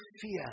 fear